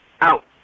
Out